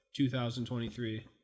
2023